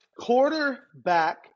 Quarterback